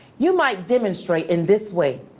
you might demonstrate in this way